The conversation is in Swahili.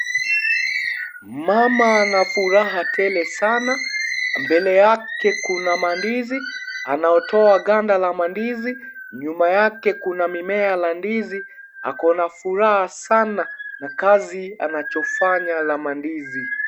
Mama ana furaha tele sana, mbele yake kuna mandizi, anaotoa ganda la mandizi. Nyuma yake kuna mimea ya mandizi ako na furaha sana na kazi anachofanya ya mandizi.